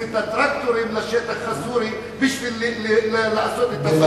את הטרקטורים לשטח הסורי בשביל לעשות את,